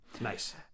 Nice